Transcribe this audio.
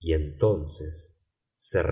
y entonces se